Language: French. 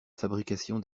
fabrication